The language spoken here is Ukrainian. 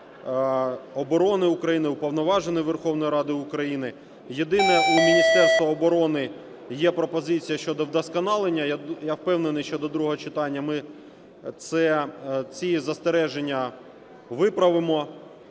оборони України, Уповноважений Верховної Ради України. Єдине, в Міністерства оборони є пропозиція щодо вдосконалення. Я впевнений, що до другого читання ми ці застереження виправимо.